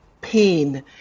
pain